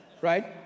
Right